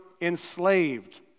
enslaved